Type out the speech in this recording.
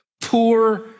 poor